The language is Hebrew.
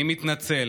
אני מתנצל,